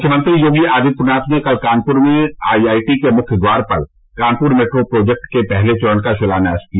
मुख्यमंत्री योगी आदित्यनाथ ने कल कानपुर में आई आई टी के मुख्य द्वार पर कानपुर मेट्रो प्रोजेक्ट के पहले चरण का शिलान्यास किया